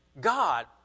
God